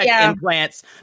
implants